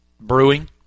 Brewing